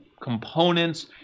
components